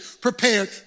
prepared